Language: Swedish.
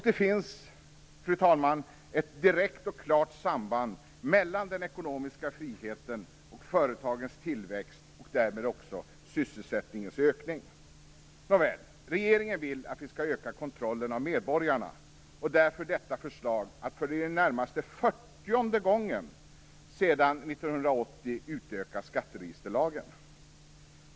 Det finns ett direkt och klart samband, fru talman, mellan den ekonomiska friheten och företagens tillväxt och därmed också sysselsättningens ökning. Nåväl; regeringen vill att vi skall öka kontrollen av medborgarna och lägger därför fram detta förslag om att för i det närmaste fyrtionde gången sedan 1980 utöka skatteregisterlagen!